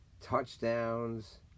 touchdowns